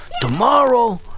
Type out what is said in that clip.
tomorrow